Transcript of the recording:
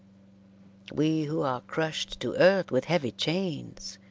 we who are crushed to earth with heavy chains,